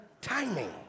timing